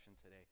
today